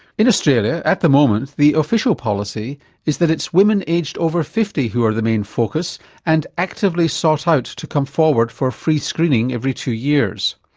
in australia at the moment the official policy is that it's women aged over fifty who are the main focus and actively sought out to come forward for free screening every two years.